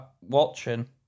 watching